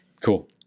cool